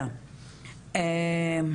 באנו